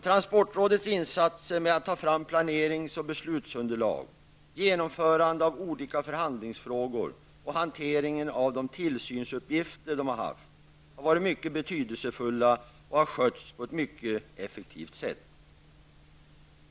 Transportrådets insatser med att ta fram planerings och beslutsunderlag, att genomföra olika förhandlingsfrågor och hantera de tillsynsuppgifter man haft har varit mycket betydelsefulla och gjorts på ett mycket effektivt sätt.